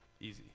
easy